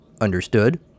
Understood